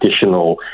additional